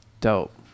Dope